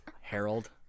Harold